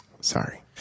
Sorry